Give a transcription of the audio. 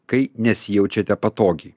kai nesijaučiate patogiai